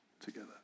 together